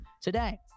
today